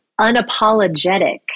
unapologetic